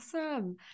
Awesome